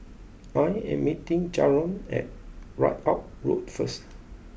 I am meeting Jaron at Ridout Road first